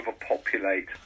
overpopulate